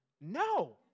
No